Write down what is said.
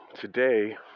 today